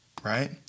right